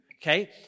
okay